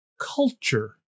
culture